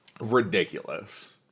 Ridiculous